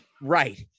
Right